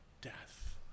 death